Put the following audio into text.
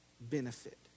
benefit